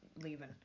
leaving